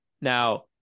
Now